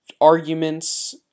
arguments